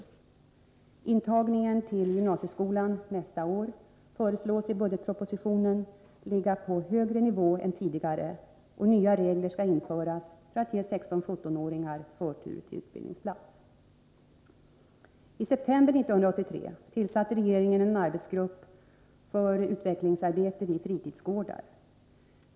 Intagningen till gymnasieskolan nästa läsår föreslås i budgetpropositionen ligga på högre nivå än tidigare, och nya regler skall införas för att ge 16-17-åringar förtur till utbildningsplats. I september 1983 tillsatte regeringen en arbetsgrupp för utvecklingsarbete vid fritidsgårdar.